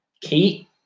Kate